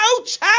Ouch